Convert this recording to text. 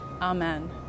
Amen